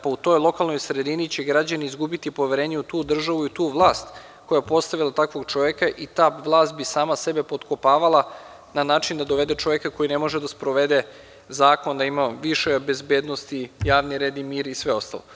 Pa, u toj lokalnoj sredini će i građani izgubiti poverenje u tu državu i u tu vlast koja je postavila takvog čoveka i ta vlast bi sama sebe potkopavala na način da dovede čoveka koji ne može da sprovede zakon da ima više bezbednosti, javni red i mir i sve ostalo.